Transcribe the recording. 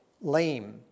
lame